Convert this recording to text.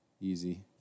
easy